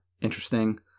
interesting